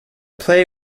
play